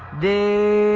the